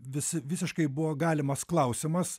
visi visiškai buvo galimas klausimas